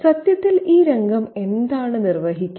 സത്യത്തിൽ ഈ രംഗം എന്താണ് നിർവഹിക്കുന്നത്